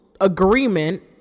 agreement